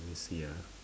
let me see ah